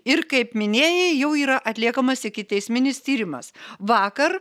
ir kaip minėjai jau yra atliekamas ikiteisminis tyrimas vakar